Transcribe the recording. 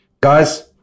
Guys